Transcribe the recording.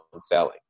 selling